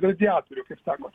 radiatorių kaip sakot